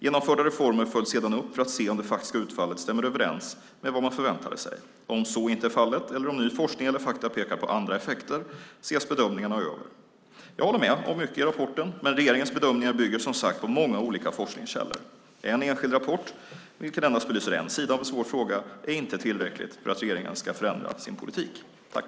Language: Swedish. Genomförda reformer följs sedan upp för att se om det faktiska utfallet stämmer överens med vad man förväntade sig. Om så inte är fallet, eller om ny forskning eller fakta pekar på andra effekter, ses bedömningarna över. Jag håller med om mycket i rapporten, men regeringens bedömningar bygger som sagt på många olika forskningskällor. En enskild rapport som endast belyser en sida av en svår fråga är inte tillräckligt för att regeringen ska förändra sin politik.